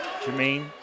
Jermaine